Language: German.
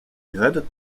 gerettet